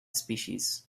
species